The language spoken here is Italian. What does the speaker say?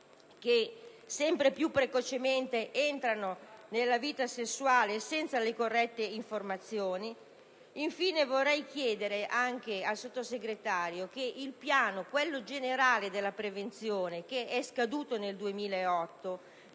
che sempre più precocemente entrano nella vita sessuale senza le corrette informazioni. Infine, vorrei chiedere anche al Sottosegretario che il piano generale della prevenzione, che è scaduto nel 2008,